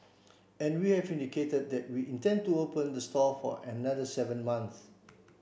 and we have indicated that we intend to open the store for another seven months